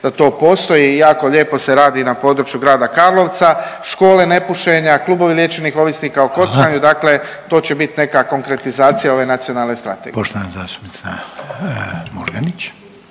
da to postoji i jako lijepo se radi na području Grada Karlovca. Škole nepušenja, klubovi liječenih ovisnika o kockanju …/Upadica: Hvala./… dakle to će biti nekakva konkretizacija ove nacionalne strategije. **Reiner,